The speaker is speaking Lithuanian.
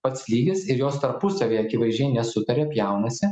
pats lygis ir jos tarpusavyje akivaizdžiai nesutaria pjaunasi